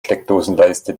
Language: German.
steckdosenleiste